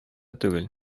түгел